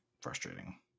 frustrating